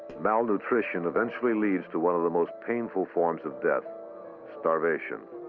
malnutrition eventually leads to one of the most painful forms of death starvation.